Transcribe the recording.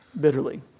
bitterly